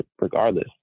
regardless